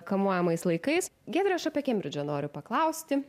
kamuojamais laikais giedre aš apie kembridžą noriu paklausti